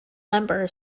member